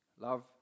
Love